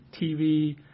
TV